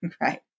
Right